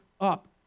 up